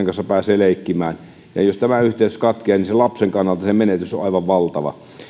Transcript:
kanssa pääsee leikkimään jos tämä yhteys katkeaa niin lapsen kannalta menetys on aivan valtava